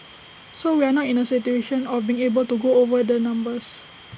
so we are not in A situation of being able to go over the numbers